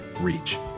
reach